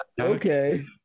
Okay